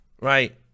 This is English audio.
Right